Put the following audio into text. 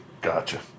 Gotcha